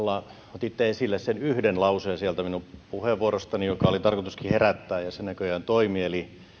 otitte esille sen yhden lauseen sieltä minun puheenvuorostani jonka oli tarkoituskin herättää ja se näköjään toimi eli sen